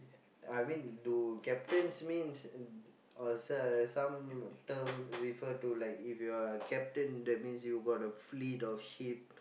I mean do captains means uh some some term refer to like if you are captain that means you got a fleet of ship